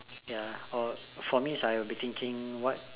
ya or for me is I will be thinking what